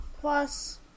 plus